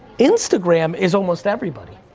instagram is almost everybody,